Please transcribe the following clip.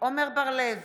עמר בר לב,